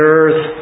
earth